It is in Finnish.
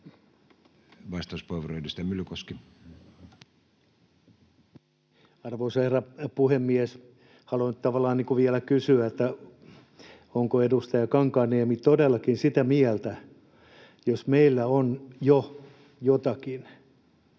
Arvoisa herra puhemies! Haluan nyt tavallaan vielä kysyä: Onko edustaja Kankaanniemi todellakin sitä mieltä, että jos meillä on jo jotakin,